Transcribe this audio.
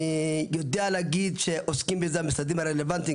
אני יודע להגיד שעוסקים בזה המשרדים הרלוונטיים,